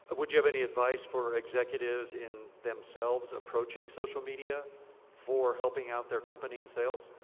would you have any advice for executives in themselves approaching social media for helping out their company and sales?